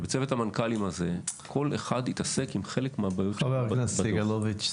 שבצוות המנכ"לים הזה כל אחד התעסק עם חלק מה --- חבר הכנסת סגלוביץ',